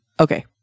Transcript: okay